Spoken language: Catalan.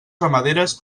ramaderes